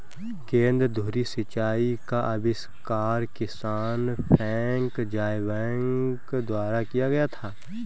केंद्र धुरी सिंचाई का आविष्कार किसान फ्रैंक ज़ायबैक द्वारा किया गया था